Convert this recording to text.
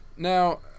Now